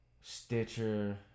Stitcher